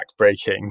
backbreaking